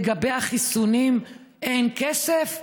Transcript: לגבי החיסונים: אין כסף,